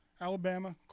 Alabama